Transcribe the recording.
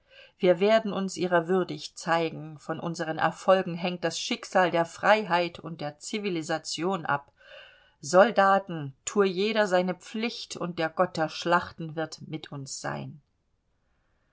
wir werden uns ihrer würdig zeigen von unseren erfolgen hängt das schicksal der freiheit und der civilisation ab soldaten thue jeder seine pflicht und der gott der schlachten wird mit uns sein